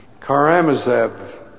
Karamazov